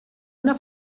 una